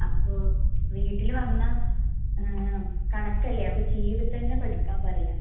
അപ്പോൾ വീട്ടില് വന്നാൽ കണക്കല്ലേ അപ്പോൾ ചെയ്ത് തന്നെ പഠിക്കാൻ പറയുക